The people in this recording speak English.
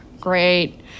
Great